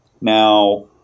Now